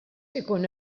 ikun